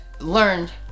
learned